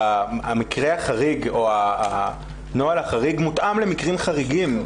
המקרה החריג או הנוהל החריג מותאם למקרים חריגים.